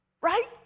right